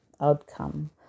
outcome